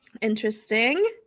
interesting